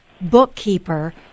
bookkeeper